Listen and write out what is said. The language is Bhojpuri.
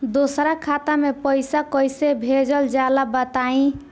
दोसरा खाता में पईसा कइसे भेजल जाला बताई?